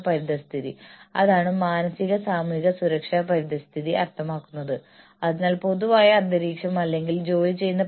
അവ കൂടുതൽ മൂല്യമുള്ളവയാണ് മാത്രമല്ല അവ എക്സിക്യൂട്ടീവുകൾക്ക് കൂടുതൽ അർത്ഥവത്തായതായി കാണപ്പെടുകയും ചെയ്യുന്നു